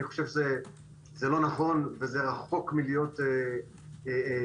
אני חושב שזה לא נכון ורחוק מלהיות אמיתי.